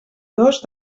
dos